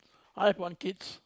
I have one kids